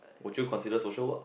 would you consider social work